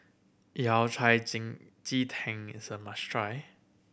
Yao Cai Ji Tin is a must try